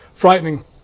frightening